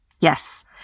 Yes